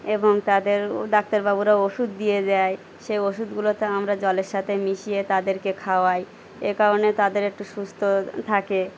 এবং তাদের ডাক্তারবাবুরা ওষুধ দিয়ে দেয় সেই ওষুধগুলোতে আমরা জলের সাথে মিশিয়ে তাদেরকে খাওয়াই এ কারণে তাদের একটু সুস্থ থাকে